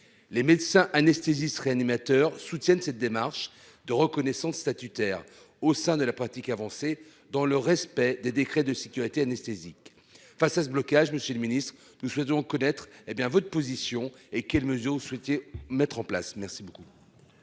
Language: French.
les médecins. Anesthésistes-réanimateurs soutiennent cette démarche de reconnaissance statutaire au sein de la pratique avancée dans le respect des décrets de sécurité anesthésique face à ce blocage, Monsieur le Ministre, nous souhaitons connaître hé bien votre position et quelles mesures souhaitez mettre en place. Merci. Merci